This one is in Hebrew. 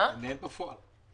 מנהל בפועל.